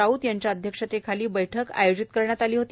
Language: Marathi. राऊत यांच्या अध्यक्षतेखाली बैठक आयोजित करण्यात आली होती